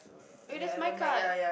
eh that's my card